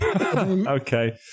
okay